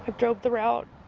um drove the route,